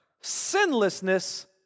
sinlessness